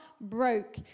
broke